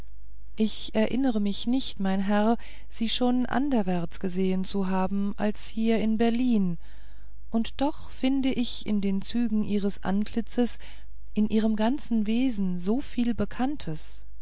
ich erinnere mich nicht mein herr sie schon anderwärts gesehen zu haben als hier in berlin und doch finde ich in den zügen ihres antlitzes in ihrem ganzen wesen so viel bekanntes